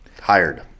Hired